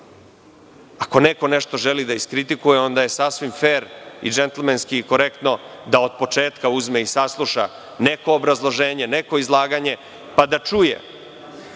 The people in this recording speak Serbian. Ako neko nešto želi da iskritikuje, onda je sasvim fer, džentlmenski i korektno da od početka uzme i sasluša neko obrazloženje, neko izlaganje, pa da čuje